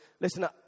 Listen